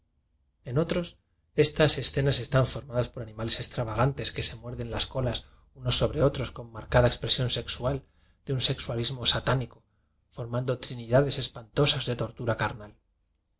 en otros estas escenas están formadas por animales extravagantes que se muerden las colas unos sobre otros con marca da expresión sexual de un sexualismo sa tánico formando trinidades espantosas de tortura carnal